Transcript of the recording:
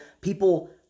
people